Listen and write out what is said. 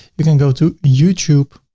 you can go to youtube